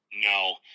No